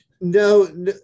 No